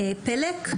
פלק.